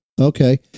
Okay